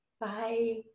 Bye